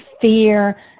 fear